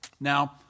Now